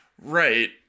right